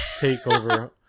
takeover